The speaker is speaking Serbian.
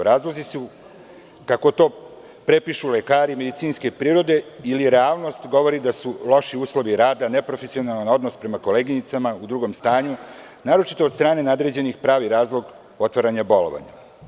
Razlozi su, kako to prepišu lekari, medicinske prirode, ali realnost govori da su loši uslovi rada, neprofesionalan odnos prema koleginicama u drugom stanju, naročito od strane nadređenih, pravi razlog otvaranja bolovanja.